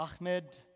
Ahmed